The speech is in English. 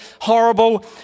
horrible